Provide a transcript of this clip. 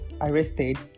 arrested